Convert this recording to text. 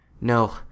No